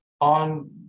on